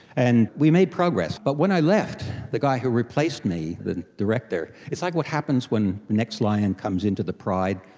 and we made progress. but when i left, the guy who replaced me, the director, it's like what happens when the next lion comes into the pride,